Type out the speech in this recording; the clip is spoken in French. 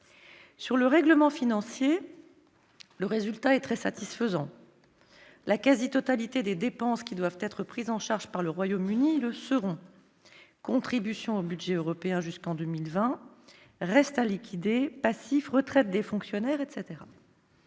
Sur le règlement financier, le résultat est très satisfaisant. En effet, la quasi-totalité des dépenses qui doivent être prises en charge par le Royaume-Uni le seront : contribution au budget européen jusqu'en 2020, reste à liquider, passifs, retraite des fonctionnaires, etc.